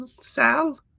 sal